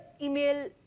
email